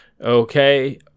Okay